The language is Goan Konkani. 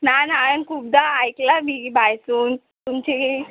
ना ना हांयेन खूबदां आयकलां बी बायसून तुमची